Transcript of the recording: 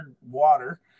water